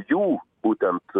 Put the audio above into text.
jų būtent